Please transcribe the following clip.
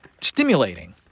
stimulating